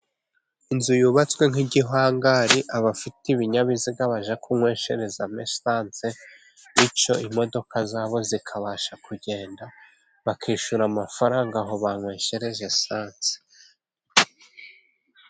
Inzu yubatswe nk'igihangari, abafite ibinyabiziga bajya kunywesherezamo esanse, bityo imodoka zabo zikabasha kugenda, bakishyura amafaranga aho banyweshereje esanse.